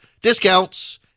discounts